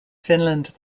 finland